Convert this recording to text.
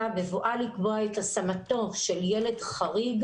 של ילד חריג,